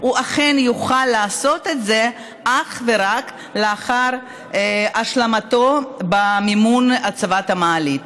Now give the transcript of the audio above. הוא אכן יוכל לעשות את זה אך ורק לאחר שישלים את מימון הצבת המעלית.